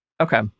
Okay